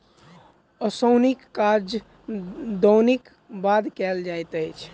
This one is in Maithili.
ओसौनीक काज दौनीक बाद कयल जाइत अछि